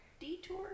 detour